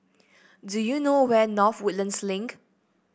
do you know where North Woodlands Link